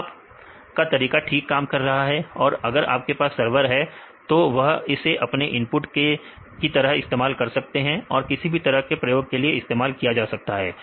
तो आप का तरीका ठीक काम करता है और अगर आपके पास सरवर है तो वह इसे अपने इनपुट की तरह इस्तेमाल कर सकते हैं और किसी भी तरह के प्रयोग के लिए इस्तेमाल किया जा सकता है